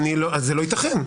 זה לא ייתכן.